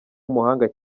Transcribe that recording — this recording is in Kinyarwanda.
umuhanga